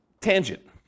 tangent